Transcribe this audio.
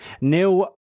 Neil